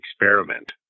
experiment